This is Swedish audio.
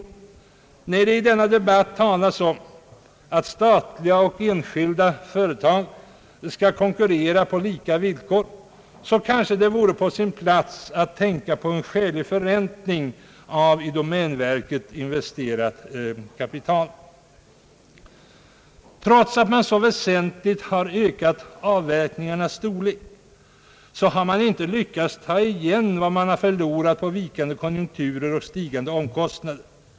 Det kanske vore på sin plats i denna debatt, när vi talar om att statliga och enskilda företag skall konkurrera på lika villkor, att tänka på en skälig förräntning av i domänverket investerat kapital. Trots att man i så väsentlig grad har ökat avverkningarnas storlek så har man inte lyckats att ta igen vad man förlorat på vikande konjunkturer och stigande omkostnader.